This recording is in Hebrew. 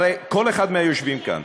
הרי כל אחד מהיושבים כאן